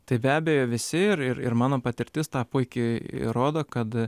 tai be abejo visi ir ir mano patirtis tą puikiai įrodo kad